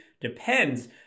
depends